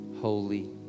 holy